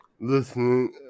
listening